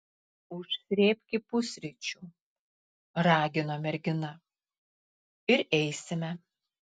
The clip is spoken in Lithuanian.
užsrėbki pusryčių ragino mergina ir eisime